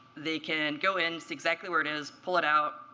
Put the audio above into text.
they can go in, see exactly where it is, pull it out,